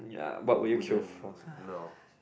ya what will you queue for